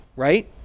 Right